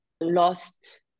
lost